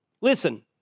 Listen